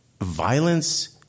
violence